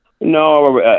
No